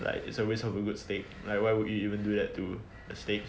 like is a waste of a good steak like why would you do that to a steak